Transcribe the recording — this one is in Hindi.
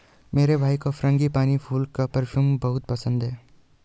मेरे भाई को फ्रांगीपानी फूल का परफ्यूम बहुत पसंद है